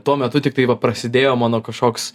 tuo metu tiktai va prasidėjo mano kažkoks